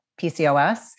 PCOS